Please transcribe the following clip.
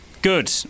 Good